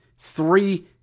Three